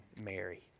Mary